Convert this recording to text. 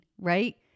right